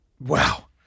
wow